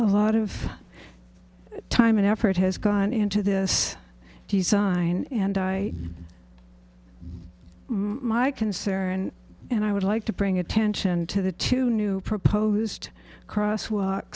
a lot of time and effort has gone into this design and i my concern and i would like to bring attention to the two new proposed crosswalk